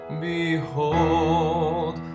behold